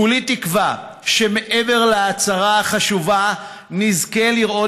כולי תקווה שמעבר להצהרה החשובה נזכה לראות